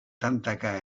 tantaka